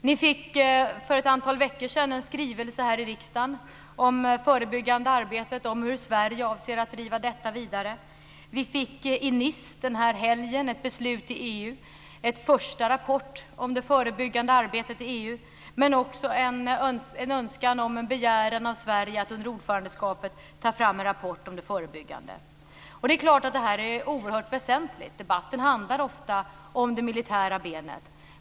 Ni fick för ett antal veckor sedan en skrivelse här i riksdagen om det förebyggande arbetet och om hur Sverige avser att driva detta vidare. Vi fick i Nice den här helgen ett beslut i EU. Vi fick en första rapport om det förebyggande arbetet i EU, men också en begäran av Sverige om att under ordförandeskapet ta fram en rapport om det förebyggande arbetet. Det här är oerhört väsentligt. Debatten handlar ofta om det militära benet.